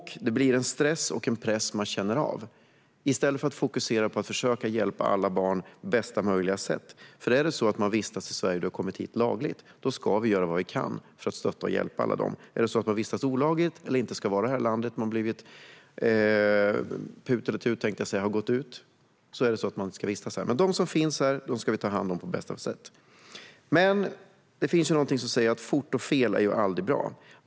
Det blir en stress och en press som de känner av i stället för att kunna fokusera på att försöka hjälpa alla barn på bästa möjliga sätt. Alla som vistas i Sverige och har kommit hit lagligt ska vi ju göra vad vi kan för att stötta och hjälpa. Om man vistas olagligt eller om man inte ska vara här i landet, om PUT eller TUT har gått ut, ska man inte vistas här. Men dem som finns här ska vi ta hand om på bästa sätt. Det sägs att fort och fel är aldrig bra.